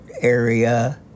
area